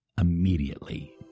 immediately